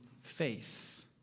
faith